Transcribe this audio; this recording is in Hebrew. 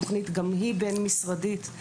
תוכנית בין משרדית,